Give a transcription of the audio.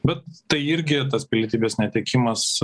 bet tai irgi tas pilietybės netekimas